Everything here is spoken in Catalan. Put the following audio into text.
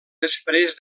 després